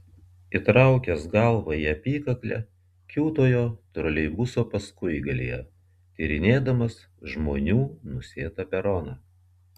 įtraukęs galvą į apykaklę kiūtojo troleibuso paskuigalyje tyrinėdamas žmonių nusėtą peroną